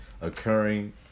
occurring